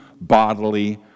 bodily